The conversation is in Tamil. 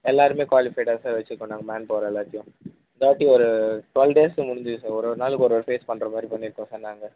எல்லாேருமே குவாலிஃபைடாக சார் வச்சுருக்கோம் நாங்கள் மேன் பவர் எல்லாத்தயும் இந்த வாட்டி டுவல் டேஸு முடிஞ்சுது சார் ஒரு நாளுக்கு ஒரு ஒரு ஃபேஸ் பண்ணுற மாதிரி பண்ணியிருக்கோம் சார் நாங்கள்